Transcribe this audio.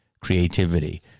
creativity